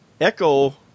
Echo